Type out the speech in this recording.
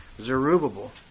Zerubbabel